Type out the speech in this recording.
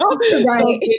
Right